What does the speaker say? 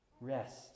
rest